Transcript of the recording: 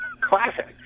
Classic